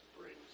brings